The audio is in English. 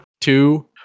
Two